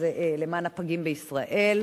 שזה ארגון למען הפגים בישראל,